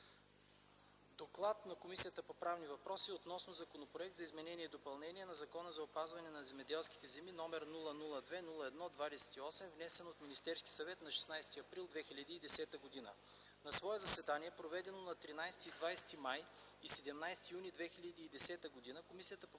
„ДОКЛАД на Комисията по правни въпроси относно Законопроект за изменение и допълнение на Закона за опазване на земеделските земи, № 002-01-28, внесен от Министерския съвет на 16 април 2010 г. На свои заседания, проведени на 13 и 20 май, и 17 юни 2010 г.,